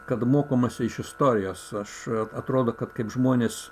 kad mokomasi iš istorijos aš atrodo kad kaip žmonės